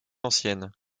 ancienne